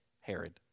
Herod